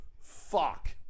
Fuck